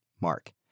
Mark